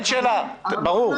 ברור.